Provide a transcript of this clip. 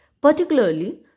Particularly